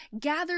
Gather